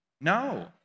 No